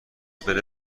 بره